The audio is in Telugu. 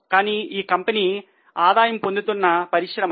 కనుక ఈ కంపెనీ ఆదాయము పొందుతున్న పరిశ్రమ